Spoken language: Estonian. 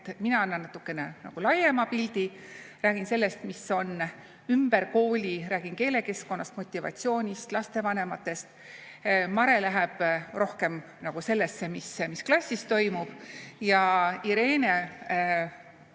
et mina annan natuke laiema pildi, räägin sellest, mis on ümber kooli, räägin keelekeskkonnast, motivatsioonist, lapsevanematest, Mare läheb rohkem sellesse, mis klassis toimub, ja Irene